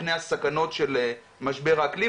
מפני הסכנות של משבר האקלים,